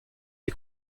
est